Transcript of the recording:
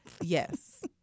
Yes